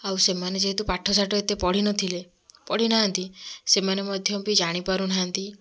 ଆଉ ସେମାନେ ଯେହେତୁ ପାଠଶାଠ ଏତେ ପଢ଼ିନଥିଲେ ପଢ଼ିନାହାଁନ୍ତି ସେମାନେ ମଧ୍ୟ ବି ଜାଣିପାରୁ ନାହିଁନ୍ତି